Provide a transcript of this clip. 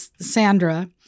Sandra